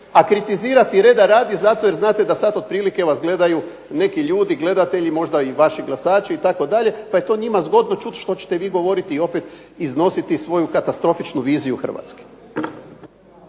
a kritizirati reda radi zato jer znate da sad otprilike vas gledaju neki ljudi, gledatelji, možda i vaši glasači itd. pa je to njima zgodno čuti što ćete vi govoriti i opet iznositi svoju katastrofičnu viziju Hrvatske.